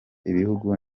ibihugu